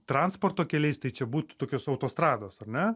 transporto keliais tai čia būtų tokios autostrados ar ne